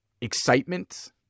excitement